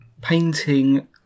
painting